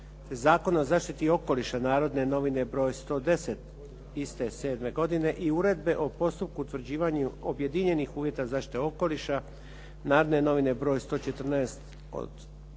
Zakona o zaštiti okoliša "Narodne novine" br. 110/07. i Uredbe o postupku utvrđivanja objedinjenih uvjeta zaštite okoliša "Narodne novine" br. 114/08.